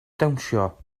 dawnsio